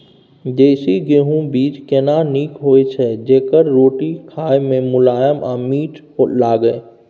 देसी गेहूँ बीज केना नीक होय छै जेकर रोटी खाय मे मुलायम आ मीठ लागय?